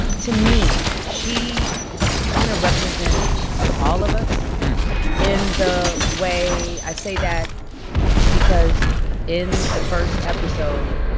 to me, she kind of represents all of us in the way i say that because in the first episode,